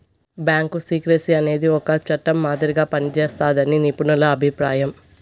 bank secrecy అనేది ఒక చట్టం మాదిరిగా పనిజేస్తాదని నిపుణుల అభిప్రాయం